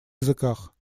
языках